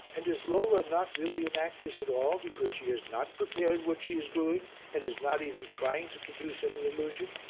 and is lola not really an actress at all, because she has not prepared what she is doing and is not even trying to produce any illusion?